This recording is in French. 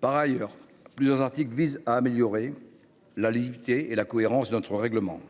Par ailleurs, plusieurs articles visent à améliorer la lisibilité et la cohérence de notre règlement.